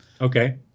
Okay